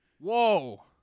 Whoa